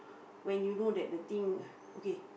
when you know that the thing okay